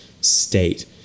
state